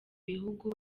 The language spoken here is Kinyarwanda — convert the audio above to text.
bihugu